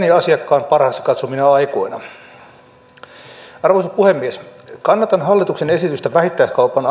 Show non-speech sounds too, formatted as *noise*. asiakkaan parhaaksi katsomina aikoina arvoisa puhemies kannatan hallituksen esitystä vähittäiskaupan *unintelligible*